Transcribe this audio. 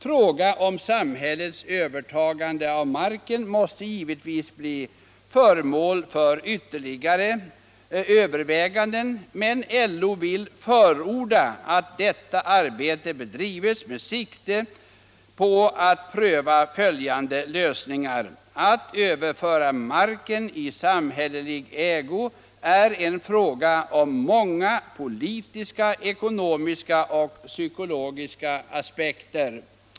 Frågan om samhällets övertagande av marken måste givetvis bli föremål för ytterligare överväganden, men LO vill förorda att detta arbete bedrivs med sikte på att pröva följande lösning: Att överföra marken i samhällelig ägo är en fråga om många politiska, ekonomiska och psykologiska aspekter.